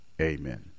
Amen